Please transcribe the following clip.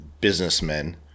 businessmen